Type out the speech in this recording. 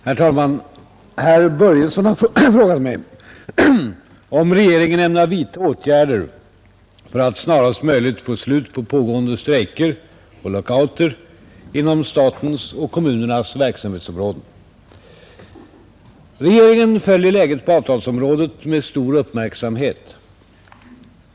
Herr talman! Herr Börjesson i Falköping har frågat mig om regeringen ämnar vidta åtgärder för att snarast möjligt få slut på pågående strejker och lockouter inom statens och kommunernas verksamhetsområden. Regeringen följer läget på avtalsområdet med stor uppmärksamhet.